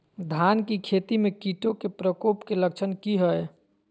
धान की खेती में कीटों के प्रकोप के लक्षण कि हैय?